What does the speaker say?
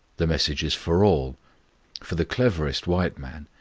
the message is for all for the cleverest white man,